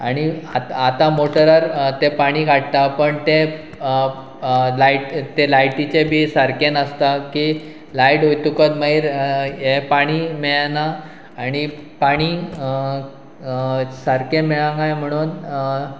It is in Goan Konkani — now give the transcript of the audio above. आनी आत आतां मोटरार ते पाणी काडटा पण ते लायट ते लायटीचें बी सारकें नासता की लायट वयतकत मागीर हें पाणी मेळना आनी पाणी सारकें मेळंक जाय म्हणून